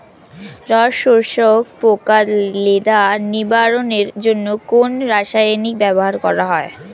রস শোষক পোকা লেদা নিবারণের জন্য কোন রাসায়নিক ব্যবহার করা হয়?